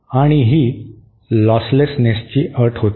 आणि ही लॉसलेसनेसची अट होती